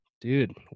dude